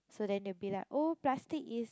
so then they will be like oh plastic is